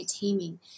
taming